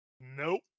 Nope